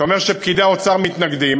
אתה אומר שפקידי האוצר מתנגדים,